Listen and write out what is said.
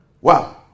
Wow